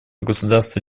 государства